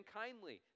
kindly